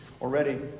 already